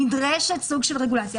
נדרש סוג של רגולציה,